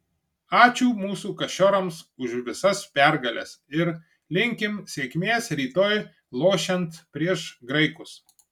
ačiū mūsų kašiorams už visas pergales ir linkim sėkmės rytoj lošiant prieš graikus